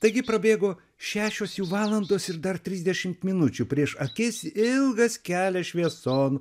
taigi prabėgo šešios jų valandos ir dar trisdešimt minučių prieš akis ilgas kelias švieson